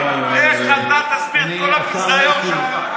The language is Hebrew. טוב, לך אתה תסביר את כל הביזיון שלך.